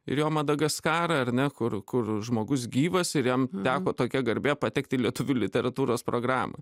ir jo madagaskarą ar ne kur kur žmogus gyvas ir jam teko tokia garbė patekti į lietuvių literatūros programą